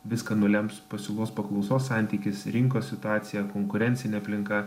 viską nulems pasiūlos paklausos santykis rinkos situacija konkurencinė aplinka